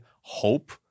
hope